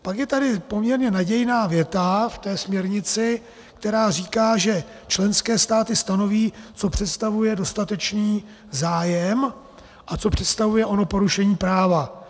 Pak je tady poměrně nadějná věta v té směrnici, která říká, že členské státy stanoví, co představuje dostatečný zájem a co představuje ono porušení práva.